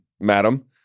madam